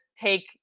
take